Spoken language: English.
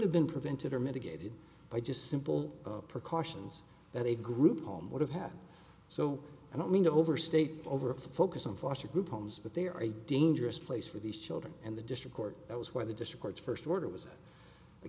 have been prevented or mitigated by just simple precautions that a group home would have had so i don't mean to overstate over a focus on foster group homes but there are a dangerous place for these children and the district court that was where the discords first order was